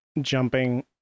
jumping